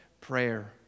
prayer